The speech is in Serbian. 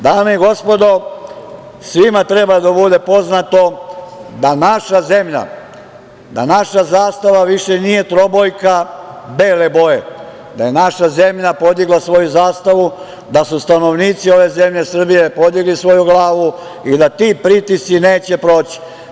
Dame i gospodo, svima treba da bude poznato da naša zemlja, naša zastava više nije trobojka bele boje, da je naša zemlja podigla svoju zastavu, da su stanovnici ove zemlje Srbije podigli svoju glavu i da ti pritisci neće proći.